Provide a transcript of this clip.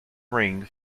ring